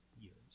years